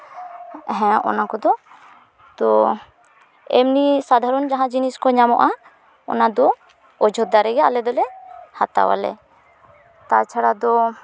ᱦᱮᱸ ᱚᱱᱟ ᱠᱚᱫᱚ ᱛᱚ ᱮᱢᱱᱤ ᱥᱟᱫᱷᱟᱨᱚᱱ ᱡᱟᱦᱟᱸ ᱡᱤᱱᱤᱥ ᱠᱚ ᱧᱟᱢᱚᱜᱼᱟ ᱚᱱᱟ ᱫᱚ ᱚᱡᱳᱫᱽᱫᱷᱟ ᱨᱮᱜᱮ ᱟᱞᱮ ᱫᱚᱞᱮ ᱦᱟᱛᱟᱣᱟᱞᱮ ᱛᱟᱪᱷᱟᱲᱟ ᱫᱚ